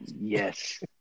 Yes